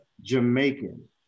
Jamaican